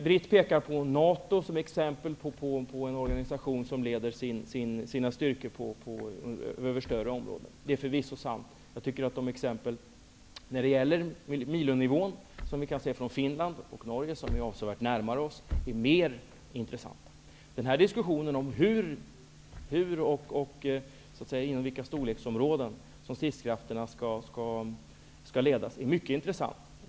Britt Bohlin nämner NATO som exempel på en organisation som leder sina styrkor över större områden. Det är förvisso sant. Jag tycker att de exempel när det gäller MILO-nivån som vi har från Finland och Norge, som ligger avsevärt närmare oss, är mer intressanta. Diskussionen om hur och inom vilka storleksområden som stridskrafterna skall ledas är mycket intressant.